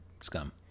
scum